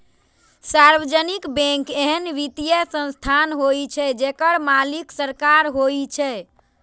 सार्वजनिक बैंक एहन वित्तीय संस्थान होइ छै, जेकर मालिक सरकार होइ छै